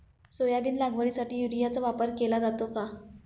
Soybean लागवडीसाठी युरियाचा वापर केला जातो का?